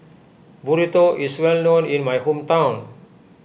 Burrito is well known in my hometown